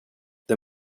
det